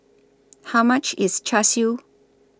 How much IS Char Siu